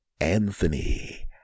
anthony